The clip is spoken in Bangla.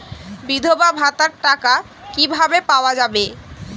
বিধবা ভাতার টাকা কিভাবে পাওয়া যাবে?